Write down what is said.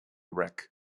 wreck